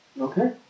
Okay